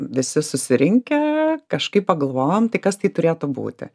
visi susirinkę kažkaip pagalvojom tai kas tai turėtų būti